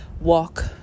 walk